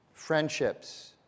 Friendships